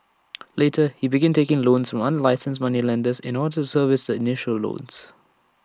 later he began taking loans from unlicensed moneylenders in order to service the initial loans